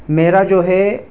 میرا جو ہے